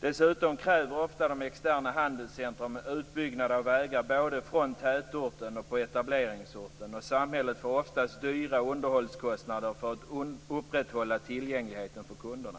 Dessutom kräver de externa handelscentrumen ofta utbyggnad av vägar både från tätorten och på etableringsorten. Samhället får oftast stora underhållskostnader när det gäller att upprätthålla tillgängligheten för kunderna.